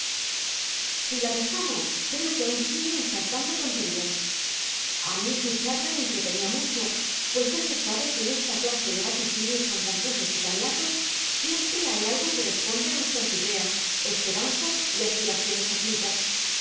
si la dejamos creo que aún sigue ahora ensartando tonterías a mí su parla me entretenía mucho pues ya se sabe que en esta clase de vaticinios tan confusos y tan latos siempre hay algo que responde a nuestras ideas esperanzas y aspiraciones ocultas